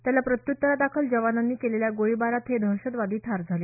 त्याला प्रत्युत्तरादाखल जवानांनी केलेल्या गोळीबारात हे दहशतवादी ठार झाले